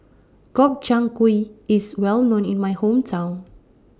Gobchang Gui IS Well known in My Hometown